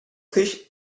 sich